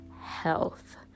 health